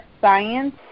science